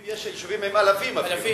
יש יישובים עם אלפים, אלפים.